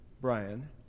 Brian